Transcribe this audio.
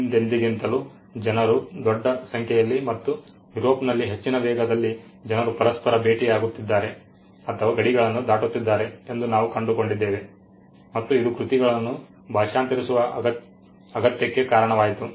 ಹಿಂದೆಂದಿಗಿಂತಲೂ ಜನರು ದೊಡ್ಡ ಸಂಖ್ಯೆಯಲ್ಲಿ ಮತ್ತು ಯುರೋಪ್ನಲ್ಲಿ ಹೆಚ್ಚಿನ ವೇಗದಲ್ಲಿ ಜನರು ಪರಸ್ಪರ ಭೇಟಿಯಾಗುತ್ತಿದ್ದಾರೆ ಅಥವಾ ಗಡಿಗಳನ್ನು ದಾಟುತ್ತಿದ್ದಾರೆ ಎಂದು ನಾವು ಕಂಡುಕೊಂಡಿದ್ದೇವೆ ಮತ್ತು ಇದು ಕೃತಿಗಳನ್ನು ಭಾಷಾಂತರಿಸುವ ಅಗತ್ಯಕ್ಕೆ ಕಾರಣವಾಯಿತು